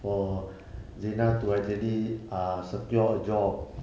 for zina to actually ah secure a job